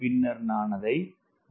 பின்னர் நான் அதை W ஆல் வகுக்கிறேன்